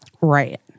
right